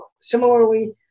similarly